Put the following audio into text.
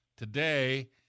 Today